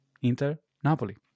Inter-Napoli